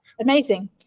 Amazing